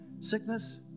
sickness